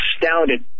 astounded